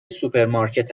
سوپرمارکت